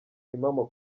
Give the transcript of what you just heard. impamo